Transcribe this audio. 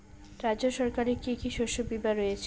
রাজ্য সরকারের কি কি শস্য বিমা রয়েছে?